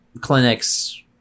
clinics